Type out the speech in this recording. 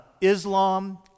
Islam